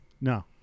No